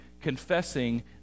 confessing